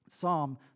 Psalm